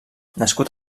nascut